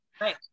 Right